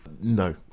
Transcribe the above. no